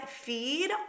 feed